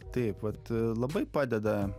taip pat labai padeda